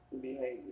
Behavior